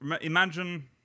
imagine